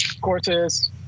Cortez